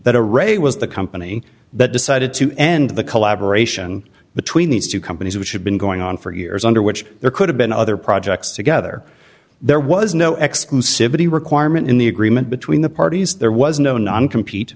that a raid was the company that decided to end the collaboration between these two companies which had been going on for years under which there could have been other projects together there was no exclusivity requirement in the agreement between the parties there was no non compete